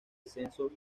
descensos